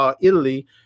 Italy